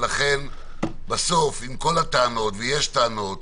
לכן בסוף, עם כל הטענות, ויש טענות,